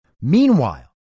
Meanwhile